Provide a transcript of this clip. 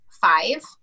five